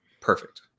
perfect